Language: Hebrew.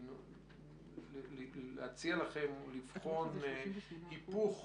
אנחנו מציעים לכם לבחון היפוך